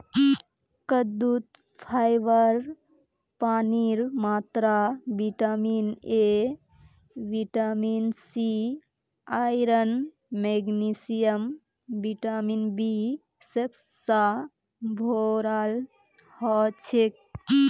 कद्दूत फाइबर पानीर मात्रा vitamin A vitamin C iron magnesium vitamin B six स भोराल हछेक